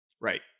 right